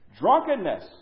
Drunkenness